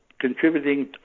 contributing